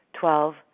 Twelve